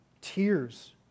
tears